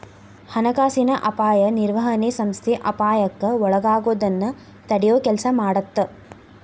ಹಣಕಾಸಿನ ಅಪಾಯ ನಿರ್ವಹಣೆ ಸಂಸ್ಥೆ ಅಪಾಯಕ್ಕ ಒಳಗಾಗೋದನ್ನ ತಡಿಯೊ ಕೆಲ್ಸ ಮಾಡತ್ತ